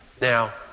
Now